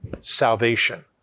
salvation